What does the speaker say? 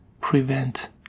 prevent